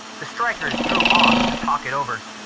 the strikers drew off to talk it over.